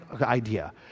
idea